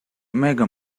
mega